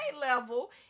level